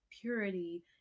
purity